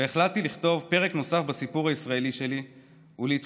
והחלטתי לכתוב פרק נוסף בסיפור הישראלי שלי ולהתמודד